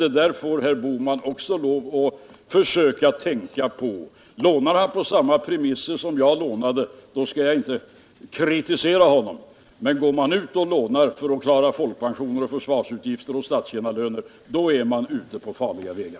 Detta får herr Bohman lov att försöka tänka på. Lånar han på samma premisser som jag lånade på skall jag inte kritisera honom. Men går man ut och lånar för att klara folkpensioner, försvarsutgifter och statstjänarlöner, då är man ute på farliga vägar.